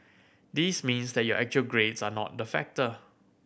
this means that your actual grades are not the factor